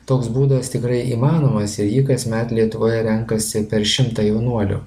toks būdas tikrai įmanomas ir jį kasmet lietuvoje renkasi per šimtą jaunuolių